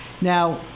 Now